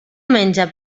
menja